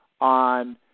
on